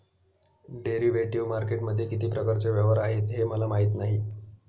derivative मार्केटमध्ये किती प्रकारचे व्यवहार आहेत हे मला माहीत नाही